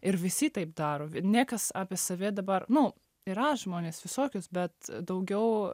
ir visi taip daro niekas apie save dabar nu yra žmonės visokius bet daugiau